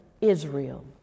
Israel